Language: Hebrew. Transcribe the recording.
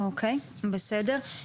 בסדר.